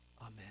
amen